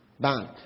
bank